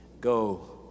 Go